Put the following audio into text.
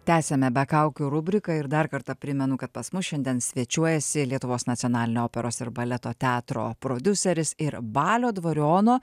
tęsiame be kaukių rubriką ir dar kartą primenu kad pas mus šiandien svečiuojasi lietuvos nacionalinio operos ir baleto teatro prodiuseris ir balio dvariono